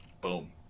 Boom